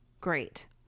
Great